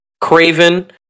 Craven